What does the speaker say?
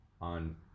on